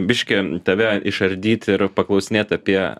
biškį tave išardyt ir paklausinėt apie